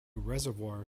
reservoir